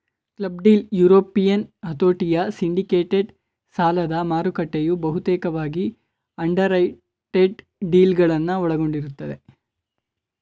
club deal European ಹತೋಟಿಯ syndicated ಸಾಲದಮಾರುಕಟ್ಟೆಯು ಬಹುತೇಕವಾಗಿ ಅಂಡರ್ರೈಟೆಡ್ ಡೀಲ್ಗಳನ್ನ ಒಳಗೊಂಡಿರುತ್ತೆ